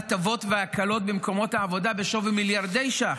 הטבות והקלות במקומות העבודה בשווי מיליארדי שקלים,